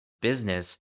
business